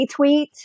retweet